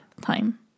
time